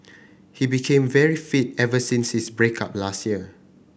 he became very fit ever since his break up last year